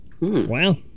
Wow